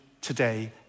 today